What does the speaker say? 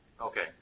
Okay